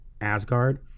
Asgard